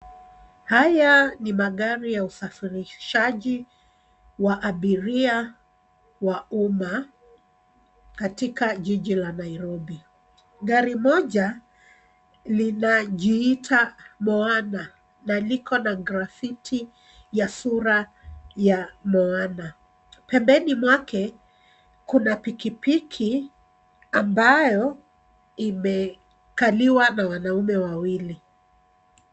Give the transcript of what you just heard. Haya ni magari ya usafirishaji wa abiria wa umma katika jiji la Nairobi. Gari moja linajiita MOANA na liko na grafiti ya sura ya Moana. Pembeni mwake, kuna pikipiki ambayo imekaliwa na wanaume wawili.